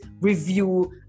review